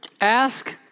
Ask